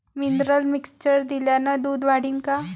Mineral mixture दिल्यानं दूध वाढीनं का?